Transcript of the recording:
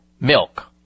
milk